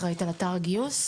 אחראית על אתר הגיוס.